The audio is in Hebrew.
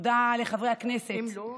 תודה לחברי הכנסת,